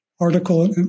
article